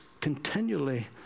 continually